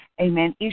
amen